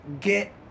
get